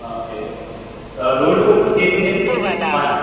okay ruled books కేజీకి ఎన్ని మ